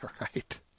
Right